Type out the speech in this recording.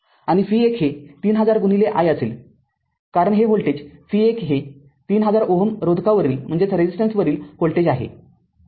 आणिv१ हे ३००० i असेल कारण हे व्होल्टेज v१ हे ३००० ओहम रोधकावरील व्होल्टेज आहे